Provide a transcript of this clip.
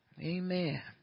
Amen